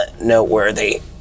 noteworthy